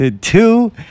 Two